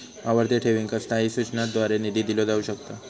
आवर्ती ठेवींका स्थायी सूचनांद्वारे निधी दिलो जाऊ शकता